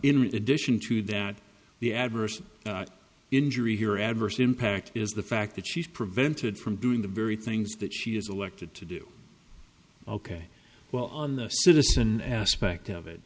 in addition to that the adverse injury here adverse impact is the fact that she's prevented from doing the very things that she has elected to do ok well on the citizen aspect of it